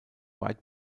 white